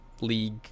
League